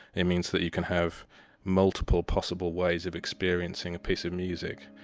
it means that you can have multiple possible ways of experiencing a piece of music.